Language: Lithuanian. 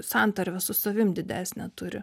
santarvę su savim didesnę turi